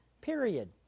period